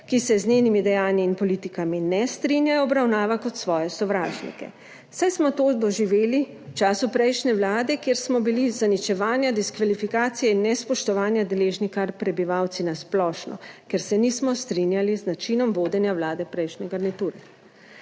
ki se z njenimi dejanji in politikami ne strinjajo, obravnava kot 5. TRAK: (SB) – 15.05 (Nadaljevanje) svoje sovražnike, saj smo to doživeli v času prejšnje vlade, kjer smo bili zaničevanja, diskvalifikacije in nespoštovanja deležni kar prebivalci na splošno, ker se nismo strinjali z načinom vodenja vlade prejšnje garniture.